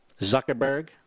Zuckerberg